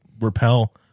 repel